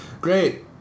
Great